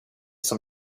som